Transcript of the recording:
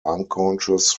unconscious